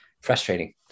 frustrating